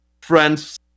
friends